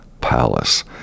palace